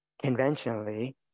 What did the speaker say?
Conventionally